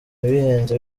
bihenze